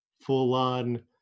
full-on